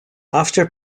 after